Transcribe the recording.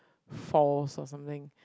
falls or something